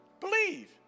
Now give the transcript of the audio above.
Believe